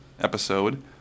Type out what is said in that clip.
episode